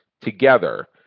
together